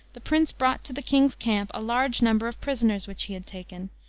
the prince brought to the king's camp a large number of prisoners which he had taken.